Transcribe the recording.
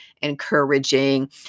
encouraging